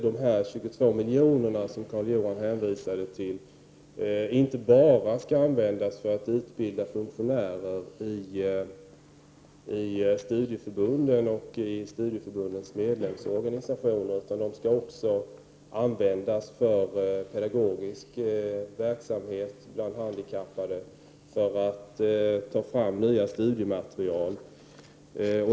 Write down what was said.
De 22 miljoner som Carl-Johan Wilson hänvisade till skall inte bara användas för att utbilda funktionärer i studieförbunden och i deras medlemsorganisationer, utan de skall också användas för pedagogisk verksamhet bland handikappade och för att ta fram nytt studiematerial.